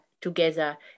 together